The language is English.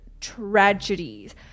tragedies